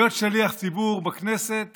להיות שליח ציבור בכנסת